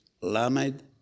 lamed